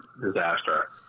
disaster